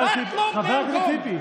חבר הכנסת טיבי,